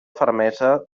fermesa